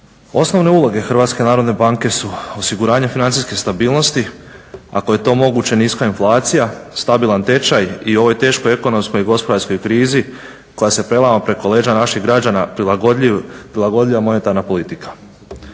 Osnovne uloga HNB su osiguranje financijske stabilnosti ako je to moguće, niska inflacija, stabilan tečaj i ovoj teškoj ekonomskoj i gospodarskoj krizi koja se prelama preko leđa naših građana, prilagodljiva monetarna politika.